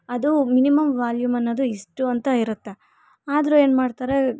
ಅದು minimum volume ಅನ್ನೋದು ಇಷ್ಟು ಅಂತ ಇರುತ್ತೆ ಆದ್ರೆ ಏನು ಮಾಡ್ತಾರೆ